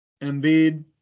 Embiid